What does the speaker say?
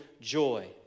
joy